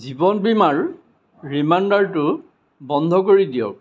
জীৱন বীমাৰ ৰিমাইণ্ডাৰটো বন্ধ কৰি দিয়ক